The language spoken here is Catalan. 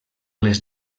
les